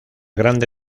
grande